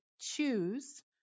choose